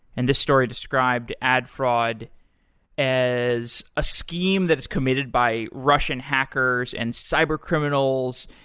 and this story described ad fraud as a scheme that is committed by russian hackers and cybercriminals.